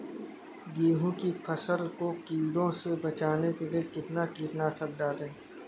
गेहूँ की फसल को कीड़ों से बचाने के लिए कितना कीटनाशक डालें?